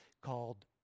called